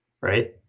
Right